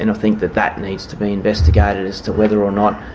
and think that that needs to be investigated as to whether or not